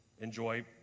enjoy